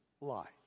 light